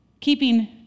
keeping